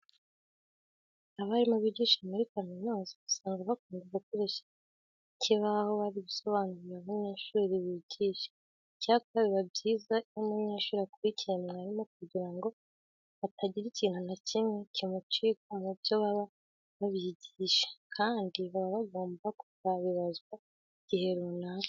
Abarimu bigisha muri kaminuza usanga bakunda gukoresha ikibaho bari gusobonurira abanyeshuri bigisha. Icyakora biba byiza iyo umunyeshuri akurikiye mwarimu kugira ngo hatagira ikintu na kimwe kimucika mu byo aba yabigishije kandi baba bagomba kuzabibazwa igihe runaka.